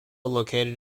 located